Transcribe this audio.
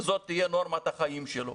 וזאת תהיה נורמת החיים שלו,